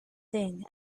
thing